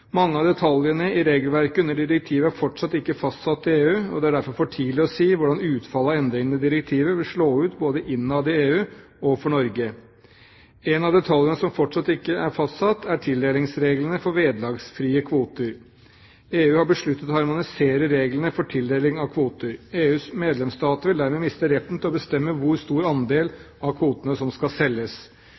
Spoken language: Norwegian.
Mange av detaljene i regelverket under direktivet er fortsatt ikke fastsatt i EU, og det er derfor for tidlig å si hvordan utfallet av endringene i direktivet vil slå ut både innad i EU og for Norge. En av detaljene som fortsatt ikke er fastsatt, er tildelingsreglene for vederlagsfrie kvoter. EU har besluttet å harmonisere reglene for tildeling av kvoter. EUs medlemsstater vil dermed miste retten til å bestemme hvor stor andel av kvotene som skal selges.